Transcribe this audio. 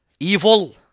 Evil